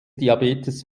diabetes